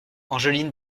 angeline